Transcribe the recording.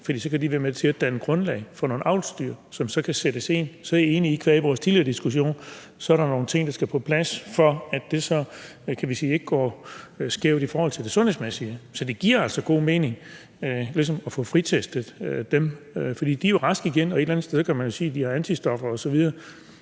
for så kan de være med til at danne grundlag for nogle avlsdyr, som så kan sættes ind. Så er jeg enig i – i forhold til vores tidligere diskussion – at der så er nogle ting, der skal på plads, for at det så ikke går skævt i forhold til det sundhedsmæssige. Så det giver altså god mening at få fritestet dem, for de er jo raske igen, og man kan sige, at de har antistoffer osv.